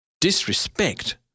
Disrespect